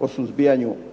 o suzbijanju opojnih